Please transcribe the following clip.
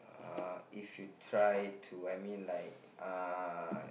uh if you try to I mean like uh